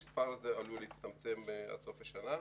כאשר המספר הזה עשוי להצטמצם עד סוף השנה.